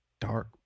dark